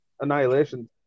Annihilation